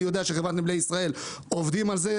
אני יודע שחברת נמלי ישראל עובדים על זה.